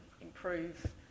improve